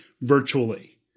virtually